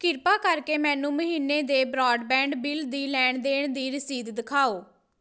ਕਿਰਪਾ ਕਰਕੇ ਮੈਨੂੰ ਮਹੀਨੇ ਦੇ ਬਰਾਡਬੈਂਡ ਬਿੱਲ ਦੀ ਲੈਣ ਦੇਣ ਦੀ ਰਸੀਦ ਦਿਖਾਓ